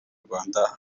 rwanda